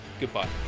goodbye